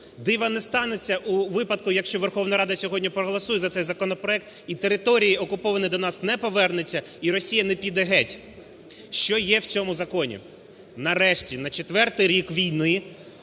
Дива не станеться у випадку, якщо Верховна Рада сьогодні проголосує за цей законопроект, і території окуповані до нас не повернуться, і Росія не піде геть. Що є в цьому законі? Нарешті на четвертий рік війни